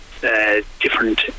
different